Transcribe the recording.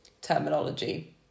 terminology